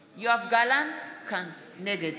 גלנט, נגד